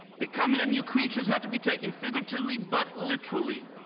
becoming a new creature is not to be taken figuratively, but literally.